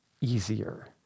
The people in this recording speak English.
easier